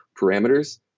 parameters